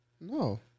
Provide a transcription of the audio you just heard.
No